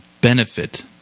benefit